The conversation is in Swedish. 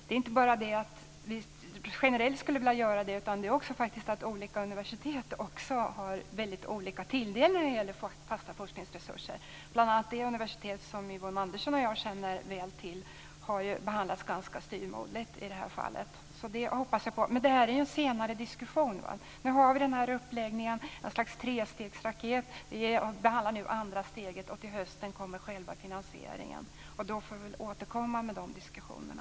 Det är inte bara det att vi generellt skulle vilja göra det, utan det handlar också om att olika universitet har väldigt olika tilldelning när det gäller fasta forskningsresurser. Bl.a. det universitet som Yvonne Andersson och jag känner väl till har ju behandlats ganska styvmoderligt i det här fallet, så det hoppas jag på. Detta är dock en senare diskussion. Nu har vi den här uppläggningen, ett slags trestegsraket. Vi behandlar nu andra steget, och till hösten kommer själva finansieringen. Då får vi återkomma med de diskussionerna.